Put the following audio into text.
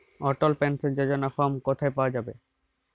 অটল pension যোজনার form কোথায় পাওয়া যাবে?